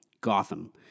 Gotham